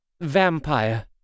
vampire